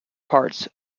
parts